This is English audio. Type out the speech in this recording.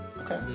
Okay